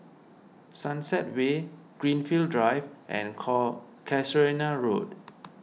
Sunset Way Greenfield Drive and co Casuarina Road